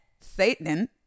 satan